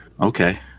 okay